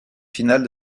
finale